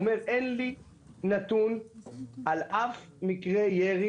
הוא אומר: אין לי נתון על שום מקרה ירי